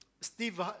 Steve